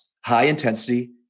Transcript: high-intensity